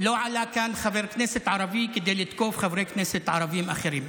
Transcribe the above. לא עלה לכאן חבר כנסת ערבי כדי לתקוף חברי כנסת ערבים אחרים.